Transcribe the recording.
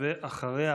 ואחריה,